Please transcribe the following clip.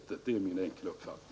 Det är min enkla uppfattning.